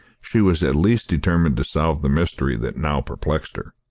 she was at least determined to solve the mystery that now perplexed her.